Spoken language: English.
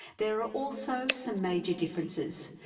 there are also some major differences,